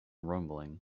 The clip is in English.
rumbling